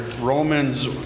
Romans